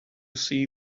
see